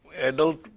adult